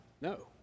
No